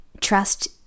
trust